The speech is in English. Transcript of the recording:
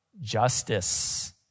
justice